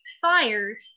fires